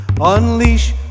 Unleash